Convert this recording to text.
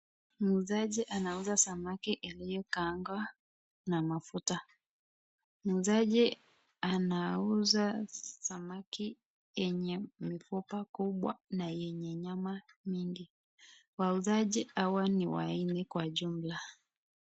Muuzaji anauza samaki iliyokaangwa na mafuta. Muuzaji anauza samaki yenye mifupa kubwa na yenye nyama mingi. Wauzaji hawa ni wanne kwa jumla.